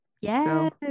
yes